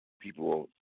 people